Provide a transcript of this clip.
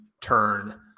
turn